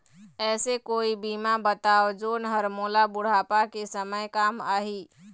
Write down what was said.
ऐसे कोई बीमा बताव जोन हर मोला बुढ़ापा के समय काम आही?